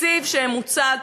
התקציב שמוצג,